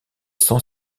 sans